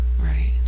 Right